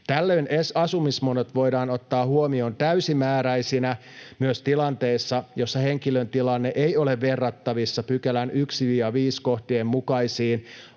Tällöin asumismenot voidaan ottaa huomioon täysimääräisinä myös tilanteessa, jossa henkilön tilanne ei ole verrattavissa pykälän 1—5 kohtien mukaisiin